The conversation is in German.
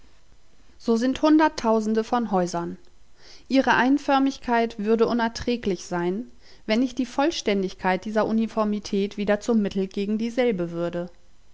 so sind hunderttausende von häusern ihre einförmigkeit würde unerträglich sein wenn nicht die vollständigkeit dieser uniformität wieder zum mittel gegen dieselbe würde